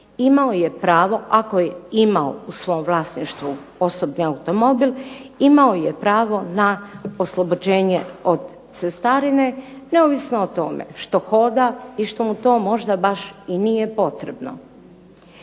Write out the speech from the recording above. imao je pravo ako je imao u svom vlasništvu osobni automobil imao je pravo oslobođenje od cestarine neovisno o tome što hoda i što mu to baš i nije potrebno.